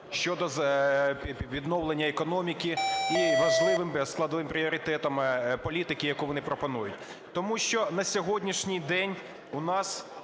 щодо відновлення економіки і важливим складовим пріоритетом політики, яку вони пропонують. Тому що на сьогоднішній день у нас